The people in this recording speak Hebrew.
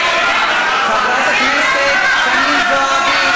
חברת הכנסת חנין זועבי,